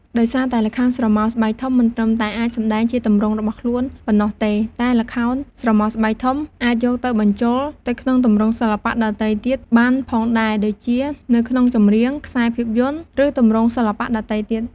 ដោយសារតែល្ខោនស្រមោលស្បែកធំមិនត្រឹមតែអាចសម្ដែងជាទម្រង់របស់ខ្នួនប៉ុណ្ណោះទេ តែល្ខោនស្រមោលស្បែកធំអាចយកទៅបញ្ជូលទៅក្នុងទម្រង់សិល្បៈដទៃទៀតបានផងដែរដូចជា នៅក្នុងចម្រៀង ខ្សែរភាពយន្ដ ឬទម្រង់សិល្បៈដទៃទៀត។